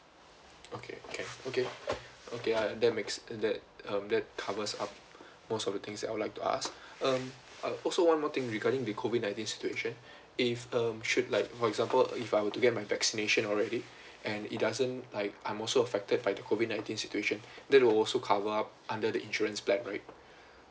okay okay okay okay that makes that um that covers up most of the things I would like to ask um also one more thing regarding the COVID nineteen situation if um should like for example if I were to get my vaccination already and it doesn't like I am also affected by the COVID nineteen situation that will also cover up under the insurance plan right